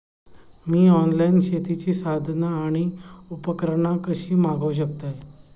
मी online शेतीची साधना आणि उपकरणा कशी मागव शकतय?